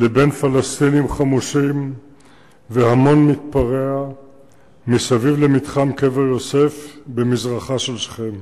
לבין פלסטינים חמושים והמון מתפרע מסביב למתחם קבר-יוסף במזרחה של שכם.